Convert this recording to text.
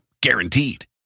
guaranteed